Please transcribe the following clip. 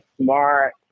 smart